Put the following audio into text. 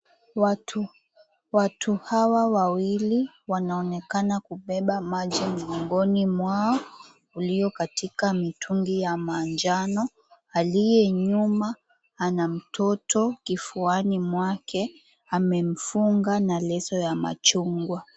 Watu, watu hawa wawili wanaonekana kubeba maji mgongoni mwao, uliokatika mitungi ya manjano. Aliye nyuma ana mtoto kifuani mwake, amemfunga na leso ya machungwa.